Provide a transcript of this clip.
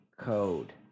code